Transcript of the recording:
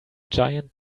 giant